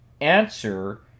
answer